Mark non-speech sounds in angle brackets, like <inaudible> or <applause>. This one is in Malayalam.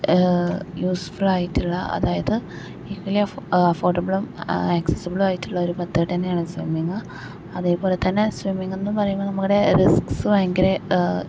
യൂസ് ഫുള്ളായിട്ടുള്ള അതായത് <unintelligible> പൊർട്ടബിളും ആക്സിസിബിൾ ആയിട്ടുള്ള ഒരു മെത്തേഡ് തന്നെയാണ് സ്വിമ്മിങ്ങ് അതേപോലെ തന്നെ സ്വിമ്മിങ്ങ് എന്ന് പറയുമ്പം നമ്മുടെ റിസ്ക്സ് ഭയങ്കര കൂടുതൽ ആണ്